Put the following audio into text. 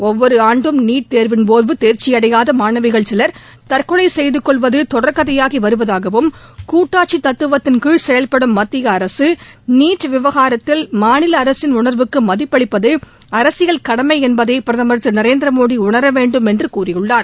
ஒவ்வொரு ஆண்டும் நீட் தேர்வின்போது தேர்ச்சியடையாத மாணவிகள் சிலர் தற்கொலை செய்தகொள்வது தொடர் கதையாகி வருவதாகவும் கூட்டாட்சி தத்துவத்தின் கீழ் செயல்படும் மத்திய அரசு நீட் விவகாரத்தில் மாநில அரசின் உணர்வுக்கு மதிப்பளிப்பது அரசியல் கடமை என்பதை பிரதமர் திரு நரேந்திர மோடி உணர வேண்டும் என்று கூறியுள்ளார்